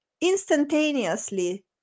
instantaneously